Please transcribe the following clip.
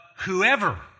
whoever